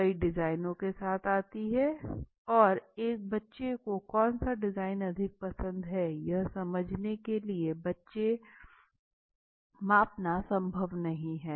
कई डिजाइनों के साथ आती है और एक बच्चे को कौन सा डिज़ाइन अधिक पसंद है यह समझने के लिए बच्चे मापना संभव नहीं है